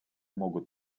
могут